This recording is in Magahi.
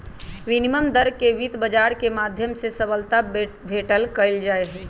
विनिमय दर के वित्त बाजार के माध्यम से सबलता भेंट कइल जाहई